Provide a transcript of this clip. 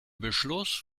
beschluss